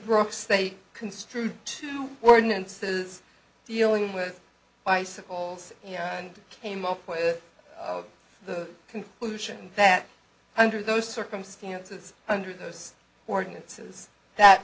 broke state construed to ordinances dealing with bicycles and came up with the conclusion that under those circumstances under those ordinances that